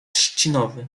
trzcinowy